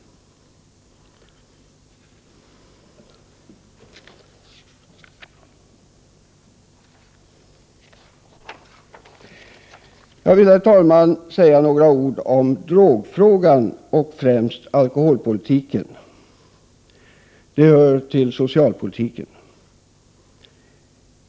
Herr talman! Jag vill säga några ord om droger, och främst alkoholpolitiken, vilken hör till socialpolitiken.